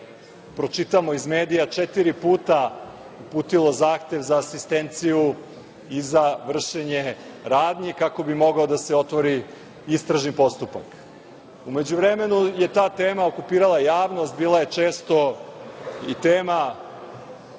pročitamo iz medija, četiri puta uputilo zahtev za asistenciju i za vršenje radnji kako bi mogao da se otvori istražni postupak.U međuvremenu je ta tema okupirala javnost, bila je često i tema